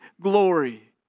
glory